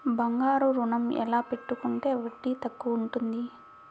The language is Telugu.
బంగారు ఋణం ఎలా పెట్టుకుంటే వడ్డీ తక్కువ ఉంటుంది?